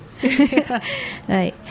right